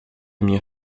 mnie